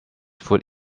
foot